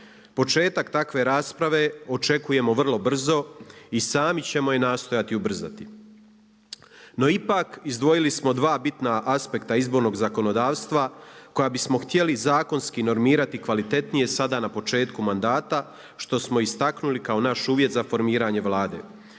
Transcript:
Početak takve rasprave očekujemo vrlo brzo i sami ćemo je nastojati ubrzati. No ipak izdvojili smo dva bitna aspekta izbornog zakonodavstva koja bismo htjeli zakonski normirati kvalitetnije sada na početku mandata što smo istaknuli kao naš uvjet za formiranje Vlade.